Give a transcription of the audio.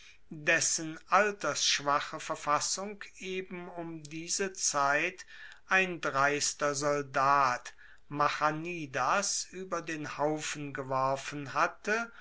dessen altersschwache verfassung eben um diese zeit ein dreister soldat machanidas ueber den haufen geworfen hatte